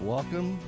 Welcome